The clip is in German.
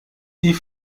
die